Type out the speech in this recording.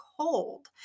cold